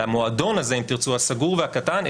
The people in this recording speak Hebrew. למועדון הזה אם תרצו הסגור והקטן,